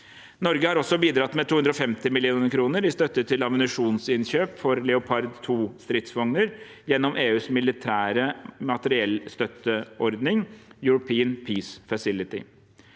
Norge har også bidratt med 250 mill. kr i støtte til ammunisjonsinnkjøp for Leopard 2-stridsvogner gjennom EUs militære materiellstøtteordning European Peace Facility.